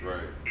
Right